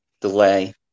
delay